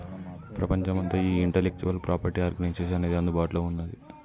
ప్రపంచమంతా ఈ intellectual property organization అనేది అందుబాటులో ఉన్నది